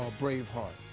ah brave heart.